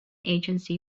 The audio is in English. agency